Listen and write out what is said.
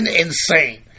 insane